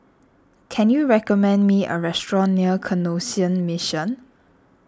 can you recommend me a restaurant near Canossian Mission